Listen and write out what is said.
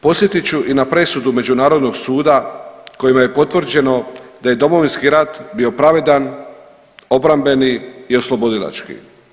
Podsjetit ću i na presudu međunarodnog suda kojima je potvrđeno da je Domovinski rat bio pravedan, obrambeni i oslobodilački.